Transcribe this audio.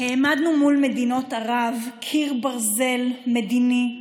העמדנו מול מדינות ערב קיר ברזל מדיני,